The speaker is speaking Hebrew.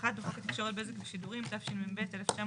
81. בחוק התקשורת (בזק ושידורים), התשמ"ב-1982,